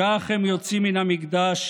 כך הם יוצאים מן המקדש,